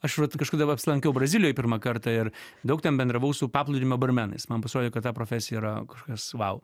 aš vat kažkada va apsilankiau brazilijoj pirmą kartą ir daug ten bendravau su paplūdimio barmenais man pasirodė kad ta profesija yra kažkas vau